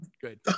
Good